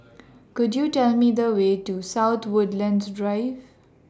Could YOU Tell Me The Way to South Woodlands Drive